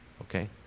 Okay